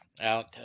out